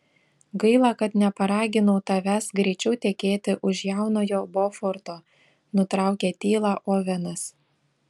gaila kad neparaginau tavęs greičiau tekėti už jaunojo boforto nutraukė tylą ovenas